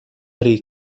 arī